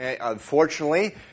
Unfortunately